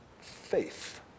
faith